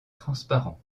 transparent